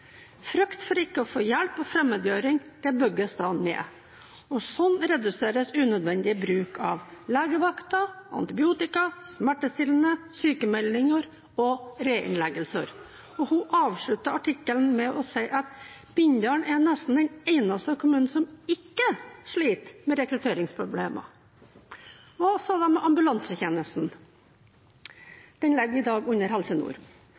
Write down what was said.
Frykt for ikke å få hjelp, og fremmedgjøring, bygges ned. Slik reduseres unødvendig bruk av legevakt, antibiotika, smertestillende, sykemeldinger og reinnleggelser. Hun avslutter artikkelen med å si at Bindal er nesten den eneste kommunen som ikke sliter med rekrutteringsproblemer. Hva med ambulansetjenesten? Den ligger i dag under